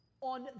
on